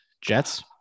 Jets